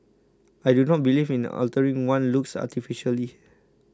I do not believe in altering one's looks artificially